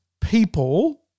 people